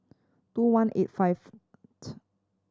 two one and eight five